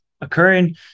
occurring